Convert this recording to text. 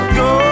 go